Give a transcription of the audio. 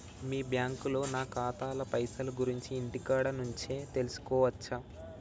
మీ బ్యాంకులో నా ఖాతాల పైసల గురించి ఇంటికాడ నుంచే తెలుసుకోవచ్చా?